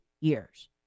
years